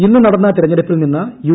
ഇന്ന് നടന്ന തെരഞ്ഞെടുപ്പിൽ നിന്ന് യു